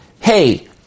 hey